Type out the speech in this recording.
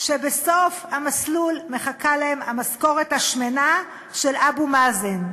שבסוף המסלול מחכה להם המשכורת השמנה של אבו מאזן.